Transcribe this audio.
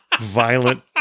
violent